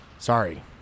Sorry